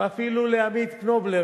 ואפילו לעמית קנובלר,